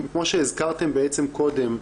כמו שהזכרתם בעצם קודם,